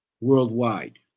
worldwide